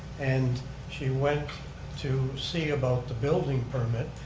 and she went to see about the building permit,